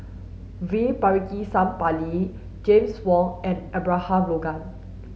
V Pakirisamy Pillai James Wong and Abraham Logan